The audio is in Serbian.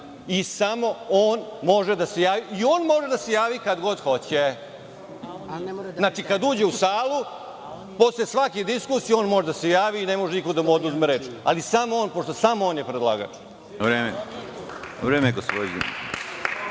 i samo on može da se javi, i on može da se javi kad god hoće. Dakle, kada uđe u salu posle svake diskusije on može da se javi i ne može niko da mu oduzme reč, ali samo on, pošto je samo on predlagač. **Konstantin